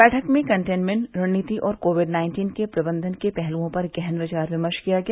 बैठक में कंटेनमेंट रणनीति और कोविड नाइन्टीन के प्रबंधन के पहलुओं पर गहन विचार विमर्श किया गया